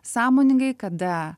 sąmoningai kada